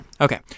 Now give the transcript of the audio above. Okay